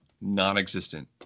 Non-existent